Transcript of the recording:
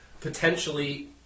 potentially